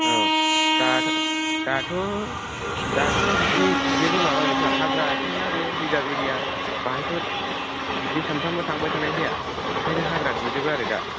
औ दाथ' दाथ' दाथ' बिदि जेबो माबा गैथ'आ हाग्रासोना बियो रिजार्ब एरिया बाहायथ' बिदि सानफ्रोमबो थांबाय थानाय जाया ओंखायनो हाग्रा दुजोबो आरो दा